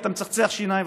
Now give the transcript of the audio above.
אתה מצחצח שיניים,